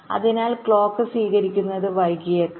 അതിനാൽ ക്ലോക്ക് സ്വീകരിക്കുന്നത് വൈകിയേക്കാം